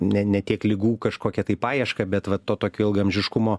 ne ne tiek ligų kažkokią tai paiešką bet va to tokio ilgaamžiškumo